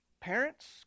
Parents